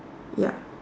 ya